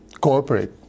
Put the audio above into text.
cooperate